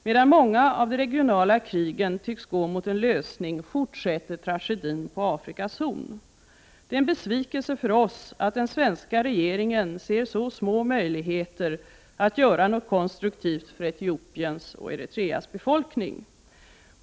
Medan många av de regionala krigen tycks gå mot en lösning fortsätter tragedin på Afrikas Horn. Det är en besvikelse för oss att den svenska regeringen ser så små möjligheter att göra något konstruktivt för Etiopiens och Eritreas befolkning.